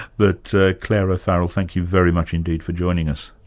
but clare o'farrell, thank you very much indeed for joining us.